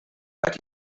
that